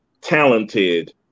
talented